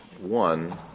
One